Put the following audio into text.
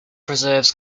preserves